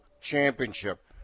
championship